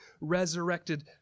resurrected